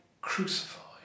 crucified